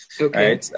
okay